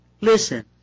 Listen